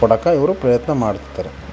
ಕೊಡೋಕೆ ಇವರು ಪ್ರಯತ್ನ ಮಾಡ್ತಿರ್ತಾರೆ